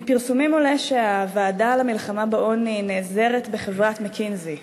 מפרסומים עולה שהוועדה למלחמה בעוני נעזרת בחברת "מקינזי".